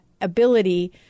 ability